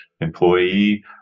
employee